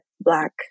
black